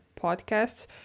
podcasts